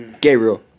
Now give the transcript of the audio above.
Gabriel